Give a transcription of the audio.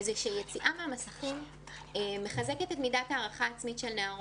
יציאה ממסכים מחזקת את מידת ההערכה העצמית של הנערות.